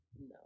no